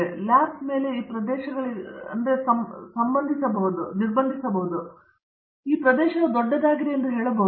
ಆದ್ದರಿಂದ ಲ್ಯಾಪ್ ಮೇಲೆ ಈ ಕೆಲವು ಪ್ರದೇಶಗಳಿಗೆ ನಿರ್ಬಂಧಿಸಬಹುದು ಆದರೆ ನಾನು ಈ ಪ್ರದೇಶವು ದೊಡ್ಡದಾಗಿದೆ ಎಂದು ಹೇಳಬಹುದು